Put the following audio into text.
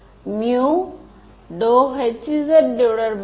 மாணவர் ஆமாம் ஆனால் எந்த டெர்முடன் அது வந்தது